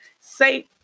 say